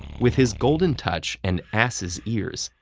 with his golden touch and ass's ears,